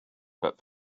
but